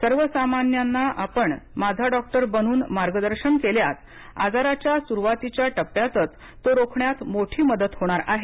सर्वसामान्यांना आपण माझा डॉक्टर बनून मार्गदर्शन केल्यास आजाराच्या सुरुवातीच्या टप्प्यातच तो रोखण्यात मोठी मदत होणार आहे